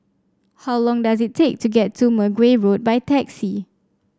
how long does it take to get to Mergui Road by taxi